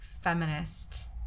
feminist